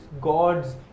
Gods